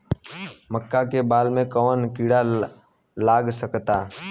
मका के बाल में कवन किड़ा लाग सकता?